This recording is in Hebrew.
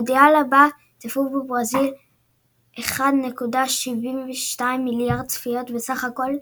במונדיאל הבא צפו בברזיל 1.72 מיליארד צפיות בסך הכל,